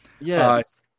yes